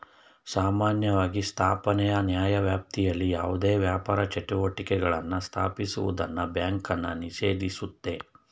ಸಾಮಾನ್ಯವಾಗಿ ಸ್ಥಾಪನೆಯ ನ್ಯಾಯವ್ಯಾಪ್ತಿಯಲ್ಲಿ ಯಾವುದೇ ವ್ಯಾಪಾರ ಚಟುವಟಿಕೆಗಳನ್ನ ಸ್ಥಾಪಿಸುವುದನ್ನ ಬ್ಯಾಂಕನ್ನ ನಿಷೇಧಿಸುತ್ತೆ